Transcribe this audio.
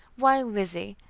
why, lizzie,